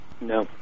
No